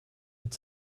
mit